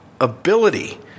ability